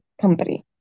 company